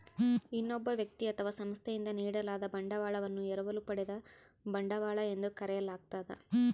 ಇನ್ನೊಬ್ಬ ವ್ಯಕ್ತಿ ಅಥವಾ ಸಂಸ್ಥೆಯಿಂದ ನೀಡಲಾದ ಬಂಡವಾಳವನ್ನು ಎರವಲು ಪಡೆದ ಬಂಡವಾಳ ಎಂದು ಕರೆಯಲಾಗ್ತದ